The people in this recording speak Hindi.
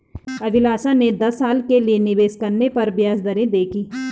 अभिलाषा ने दस साल के लिए निवेश करने पर ब्याज दरें देखी